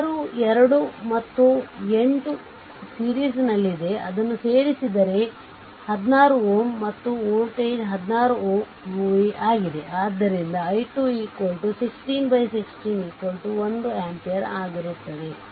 6 2 ಮತ್ತು 8 ಸಿರೀಸ್ ನಲ್ಲಿದೆ ಅದನ್ನು ಸೇರಿಸಿದರೆ 16 Ω ಮತ್ತು ವೋಲ್ಟೇಜ್ 16v ಆಗಿದೆ ಆದ್ದರಿಂದ i2 1616 1 ಆಂಪಿಯರ್ ಆಗಿರುತ್ತದೆ